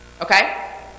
okay